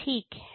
ठीक है